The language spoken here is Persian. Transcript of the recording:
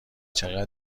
چقدر